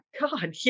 God